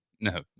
No